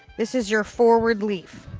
this is your forward leaf.